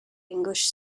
english